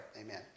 Amen